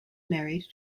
married